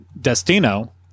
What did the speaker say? Destino